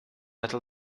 metal